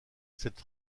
cette